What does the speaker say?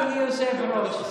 אדוני היושב-ראש,